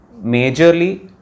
Majorly